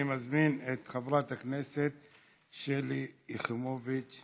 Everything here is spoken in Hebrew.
אני מזמין את חברת הכנסת שלי יחימוביץ,